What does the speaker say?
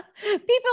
People